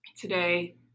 today